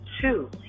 two